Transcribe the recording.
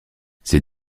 ces